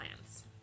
plans